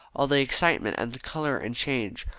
all the excitement and the colour and change,